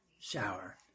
shower